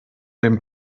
dem